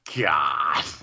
god